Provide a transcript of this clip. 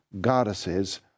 goddesses